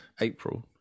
April